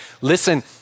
listen